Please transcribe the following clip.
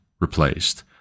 replaced